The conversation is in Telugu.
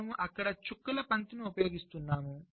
మనము అక్కడ చుక్కల పంక్తిని ఉపయోగిస్తున్నాము